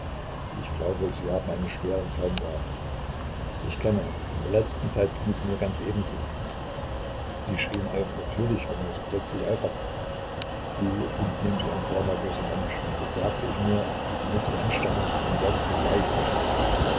ich glaube sie haben einen schweren traum gehabt ich kenne es in der letzten zeit ging es mir ganz ebenso sie schrien auf natürlich wenn man so plötzlich aufwacht sie sind nämlich ein sehr nervöser mensch und so sagte ich mir ich muß sie anstarren dann werden sie gleich aufwachen